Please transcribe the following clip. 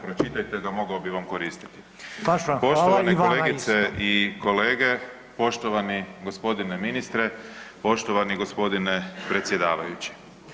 Pročitajte ga, mogao bi vam koristiti [[Upadica Reiner: Baš vam hvala i vama isto.]] Poštovane kolegice i kolege, poštovani gospodine ministre, poštovani gospodine predsjedavajući.